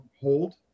hold